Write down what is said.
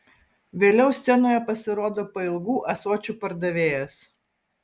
vėliau scenoje pasirodo pailgų ąsočių pardavėjas